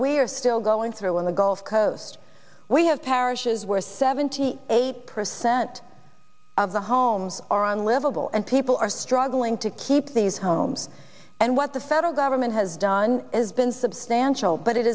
we are still going through in the gulf coast we have parishes where seventy eight percent of the homes are unlivable and people are struggling to keep these homes and what the federal government has done is been substantial but it